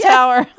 Tower